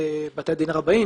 בתי הדין הרבניים,